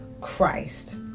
Christ